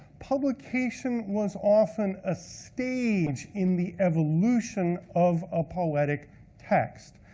publication was often a stage in the evolution of a poetic text.